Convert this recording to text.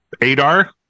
Adar